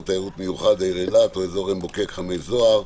תיירות מיוחד העיר אילת או אזור עין בוקק-חמי זוהר),